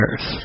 earth